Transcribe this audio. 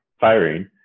firing